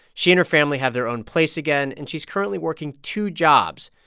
she and her family have their own place again, and she's currently working two jobs.